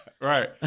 Right